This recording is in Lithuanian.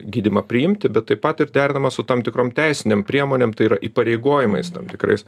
gydymą priimti bet taip pat ir derinama su tam tikrom teisinėm priemonėm tai yra įpareigojimais tam tikrais